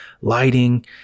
lighting